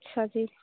ਅੱਛਾ ਜੀ